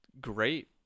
great